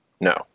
No